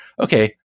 Okay